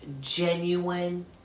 genuine